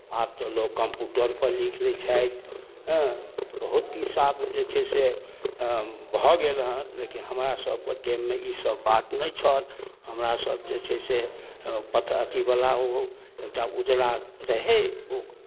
आब तऽ लोक कम्प्यूटरपर लिखि लैत छथि हँ बहुत किछु आब जे छै से भऽ गेल हेँ लेकिन हमरासभके टाइममे ईसभ बात नहि छल हमरासभ जे छै से पाथ अथीवला ओ एकटा उजरा रहय ओ